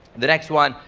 the next one,